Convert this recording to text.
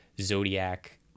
zodiac